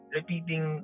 repeating